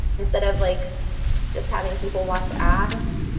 instead of like just having people watch ads,